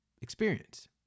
experience